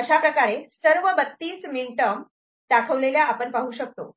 अशाप्रकारे सर्व 32 min term दाखवलेल्या आपण पाहू शकतो